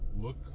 Look